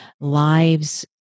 Lives